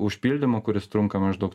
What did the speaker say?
užpildymo kuris trunka maždaug